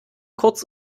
kurz